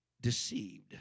deceived